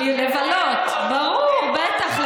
לבלות, ברור, בטח.